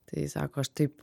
tai sako aš taip